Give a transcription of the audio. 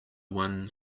one